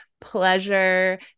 pleasure